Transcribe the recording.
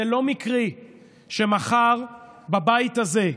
זה לא מקרי שמחר בבית הזה,